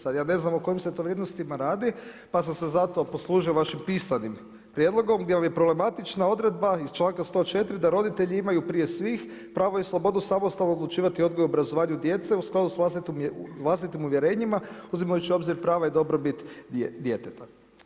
Sad ja ne znam o kojim se to vrijednostima radi pa sam se tako poslužio vašim pisanim prijedlogom gdje vam je problematična odredba iz članka 104. da roditelji imaju prije svim pravo i slobodu samostalno odlučivati o odgoju i obrazovanju djece u skladu sa vlastitim uvjerenjima uzimajući u obzir prava i dobrobit djeteta.